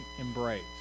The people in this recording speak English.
embrace